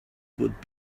would